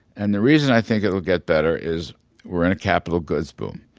and the reason i think it will get better is we're in a capital goods boom.